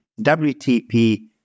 WTP